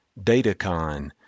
datacon